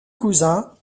cousin